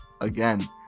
again